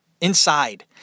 inside